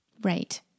Right